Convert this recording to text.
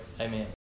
Amen